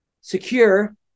secure